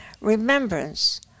remembrance